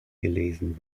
gelesen